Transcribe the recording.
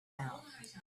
mouth